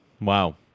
Wow